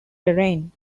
terrain